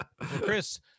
chris